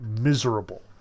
miserable